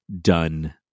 done